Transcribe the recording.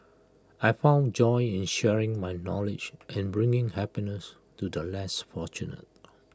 I found joy in sharing my knowledge and bringing happiness to the less fortunate